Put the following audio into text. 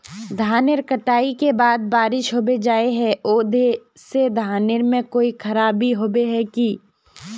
धानेर कटाई के बाद बारिश होबे जाए है ओ से धानेर में कोई खराबी होबे है की?